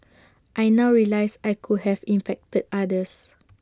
I now realise I could have infected others